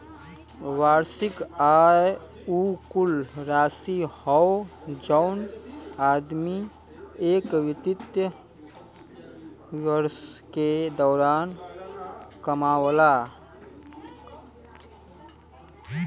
वार्षिक आय उ कुल राशि हौ जौन आदमी एक वित्तीय वर्ष के दौरान कमावला